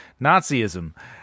Nazism